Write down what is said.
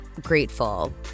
grateful